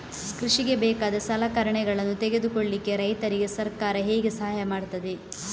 ಕೃಷಿಗೆ ಬೇಕಾದ ಸಲಕರಣೆಗಳನ್ನು ತೆಗೆದುಕೊಳ್ಳಿಕೆ ರೈತರಿಗೆ ಸರ್ಕಾರ ಹೇಗೆ ಸಹಾಯ ಮಾಡ್ತದೆ?